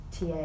TA